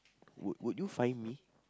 would would you find me